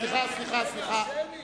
סליחה, הצבעה שמית.